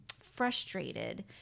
frustrated